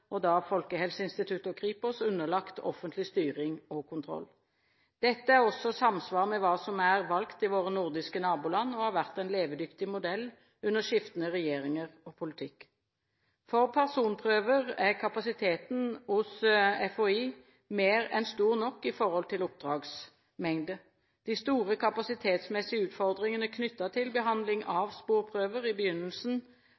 og da i Folkehelseinstituttet og Kripos, underlagt offentlig styring og kontroll. Dette er også i samsvar med hva som er valgt i våre nordiske naboland, og har vært en levedyktig modell under skiftende regjeringer og politikk. For personprøver er kapasiteten hos FHI mer enn stor nok i forhold til oppdragsmengde. De store kapasitetsmessige utfordringene knyttet til behandling